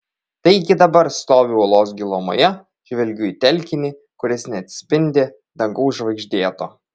taigi dabar stoviu olos gilumoje žvelgiu į telkinį kuris neatspindi dangaus žvaigždėto